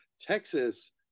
Texas